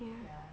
yeah